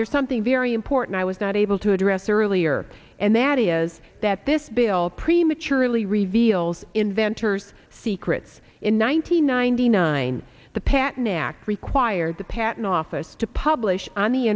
there's something very important i was not able to address earlier and that he is that this bill prematurely reveals inventors secrets in one nine hundred ninety nine the pat knack required the patent office to publish on the